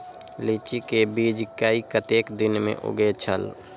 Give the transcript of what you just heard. लीची के बीज कै कतेक दिन में उगे छल?